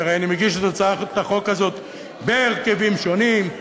כי הרי אני מגיש את הצעת החוק הזאת בהרכבים שונים,